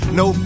no